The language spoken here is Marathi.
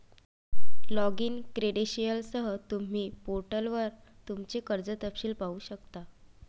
लॉगिन क्रेडेंशियलसह, तुम्ही पोर्टलवर तुमचे कर्ज तपशील पाहू शकता